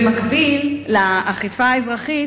במקביל לאכיפה האזרחית,